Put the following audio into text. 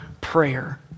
prayer